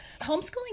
Homeschooling